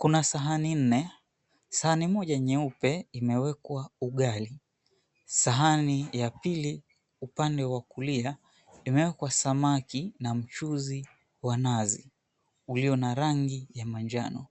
Kuna sahani nne, sahani moja nyeupe imewekwa ugali, sahani ya pili upande wa kulia imewekwa samaki na mchuzi wa nazi ulio na rangi ya manjano,